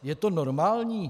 Je to normální?